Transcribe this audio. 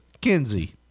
Kenzie